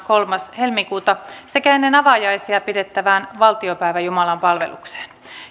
kolmas toista kaksituhattakuusitoista sekä ennen avajaisia pidettävään valtiopäiväjumalanpalvelukseen